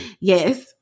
Yes